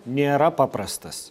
nėra paprastas